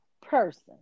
person